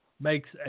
makes